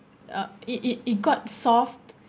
uh it it it got soft